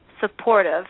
supportive